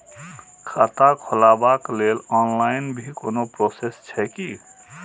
खाता खोलाबक लेल ऑनलाईन भी कोनो प्रोसेस छै की?